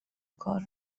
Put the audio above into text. کار